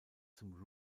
zum